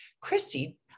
Christy